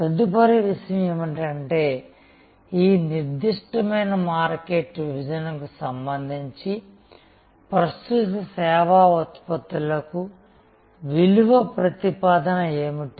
తదుపరి విషయం ఏమిటంటే ఈ నిర్దిష్టమైన మార్కెట్ విభజన కు సంబంధించి ప్రస్తుత సేవా ఉత్పత్తులకు విలువప్రతిపాదన ఏమిటి